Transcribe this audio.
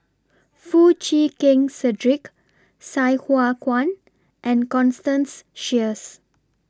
Foo Chee Keng Cedric Sai Hua Kuan and Constance Sheares